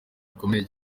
bikomeye